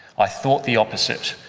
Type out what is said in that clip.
i thought the opposite.